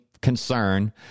concern